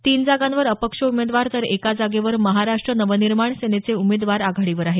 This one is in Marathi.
तीन जागांवर अपक्ष उमेदवार तर एका जागेवर महाराष्ट्र नवनिर्माण सेनेचे उमेदवार आघाडीवर आहेत